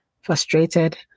frustrated